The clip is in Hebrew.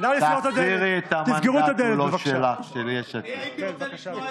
למה חשוב שהשוויון לא יתקיים רק בבתי הקברות,